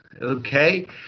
Okay